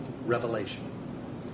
Revelation